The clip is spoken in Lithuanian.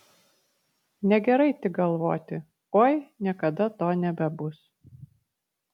negerai tik galvoti oi niekada to nebebus